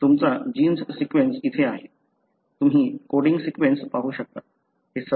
तुमचा genes sequence येथे आहे तुम्ही कोडिंग सीक्वेन्स पाहू शकता